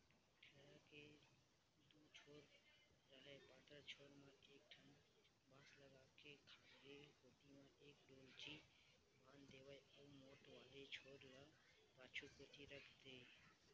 टेंड़ा के दू छोर राहय पातर छोर म एक ठन बांस लगा के खाल्हे कोती म एक डोल्ची बांध देवय अउ मोठ वाले छोर ल पाछू कोती रख देय